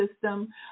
system